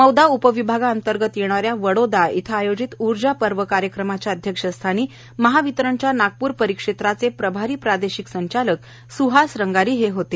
मौदा उपविभाग अंतर्गत येणाऱ्या वडोदा येथे आयोजित ऊर्जा पर्व कार्यक्रमाच्या अध्यक्षस्थानी महावितरणच्या नागपूर परिक्षेत्राचे प्रभारी प्रादेशिक संचालक सुहास रंगारी होते